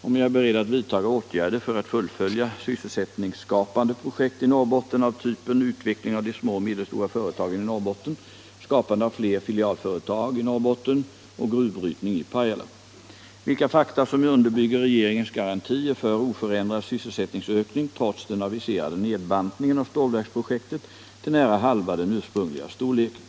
om jag är beredd att vidtaga åtgärder för att fullfölja sysselsättningsskapande projekt i Norrbotten av typen vilka fakta som underbygger regeringens garantier för oförändrad sysselsättningsökning, trots den aviserade nedbantningen av stålverksprojektet till nära halva den ursprungliga storleken.